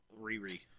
Riri